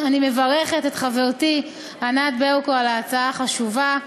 אני מברכת את חברתי ענת ברקו על ההצעה החשובה.